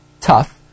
tough